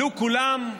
עלו כולם,